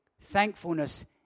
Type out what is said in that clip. Thankfulness